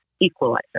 equalizer